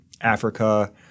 Africa